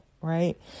right